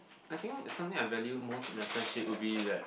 I think something I valued most in a friendship will be that